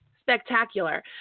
spectacular